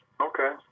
Okay